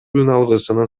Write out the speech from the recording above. үналгысынын